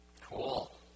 Cool